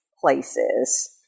places